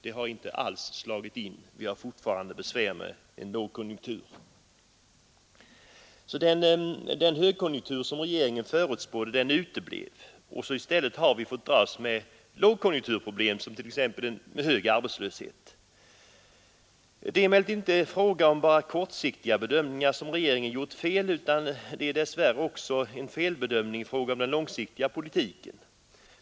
Den har inte alls slagit in, utan vi har fortfarande besvär med en lågkonjunktur. Den högkonjunktur som regeringen förutspått uteblev och i stället har vi fått dras med lågkonjunkturproblem, t.ex. hög arbetslöshet. Det är emellertid inte endast i fråga om den kortsiktiga bedömningen som regeringen gjort fel, utan det är dess värre också en felbedömning i fråga om den långsiktiga politiken.